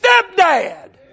stepdad